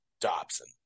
Dobson